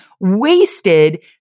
wasted